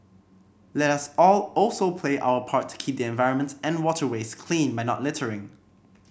let us all also play our part to keep the environment and waterways clean by not littering